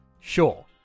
Sure